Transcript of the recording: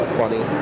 funny